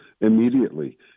immediately